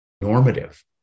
normative